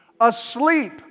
Asleep